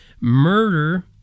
murder